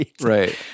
Right